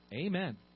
Amen